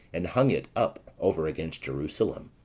and hung it up over against jerusalem.